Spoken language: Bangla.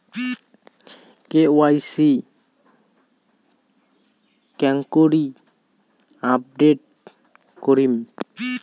কে.ওয়াই.সি কেঙ্গকরি আপডেট করিম?